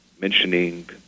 mentioning